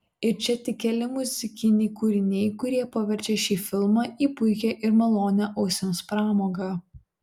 ir čia tik keli muzikiniai kūriniai kurie paverčia šį filmą į puikią ir malonią ausims pramogą